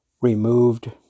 removed